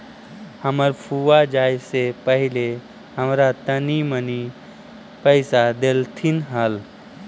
हमर फुआ जाए से पहिले हमरा तनी मनी पइसा डेलथीन हल